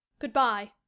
good-bye